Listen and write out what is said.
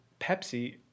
Pepsi